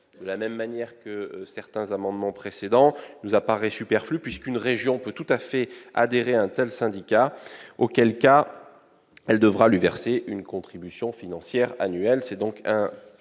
Tout comme certains amendements précédents, ils nous apparaissent superflus puisqu'une région peut tout à fait adhérer à un tel syndicat, auquel cas elle devra lui verser une contribution financière annuelle. Ce sera donc une